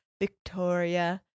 Victoria